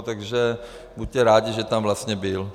Takže buďte rádi, že tam vlastně byl.